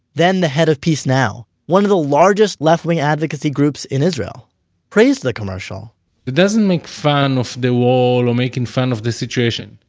then the head of peace now one of the largest left-wing advocacy groups in israel praised the commercial it doesn't make fun of the wall, or making fun of the situation.